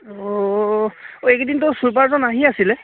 অঁ অ' এইকেইদিনটো চুইপাৰজন আহি আছিলে